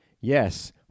Yes